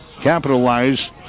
capitalize